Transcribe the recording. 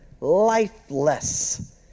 lifeless